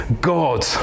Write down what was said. God